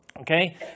Okay